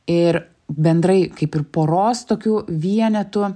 ir bendrai kaip ir poros tokių vienetų